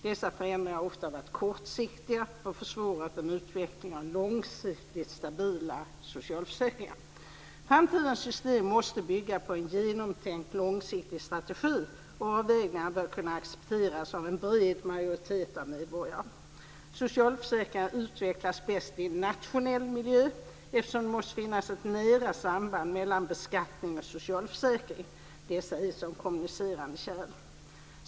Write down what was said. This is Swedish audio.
Dessa förändringar har ofta varit kortsiktiga och försvårat en utveckling av långsiktigt stabila socialförsäkringar. Framtidens system måste bygga på en genomtänkt långsiktig strategi, och avvägningarna bör kunna accepteras av en bred majoritet av medborgare. Socialförsäkringarna utvecklas bäst i en nationell miljö eftersom det måste finnas ett nära samband mellan beskattning och socialförsäkring - dessa är som kommunicerande kärl.